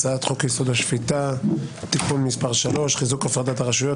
הצעת חוק יסוד: השפיטה (תיקון מס' 3) (חיזוק הפרדת הרשויות),